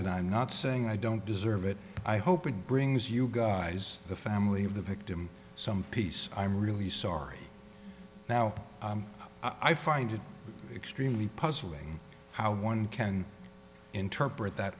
and i'm not saying i don't deserve it i hope it brings you guys the family of the victim some peace i'm really sorry now i find it extremely puzzling how one can interpret that